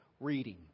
reading